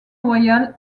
loyal